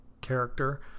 character